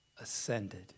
ascended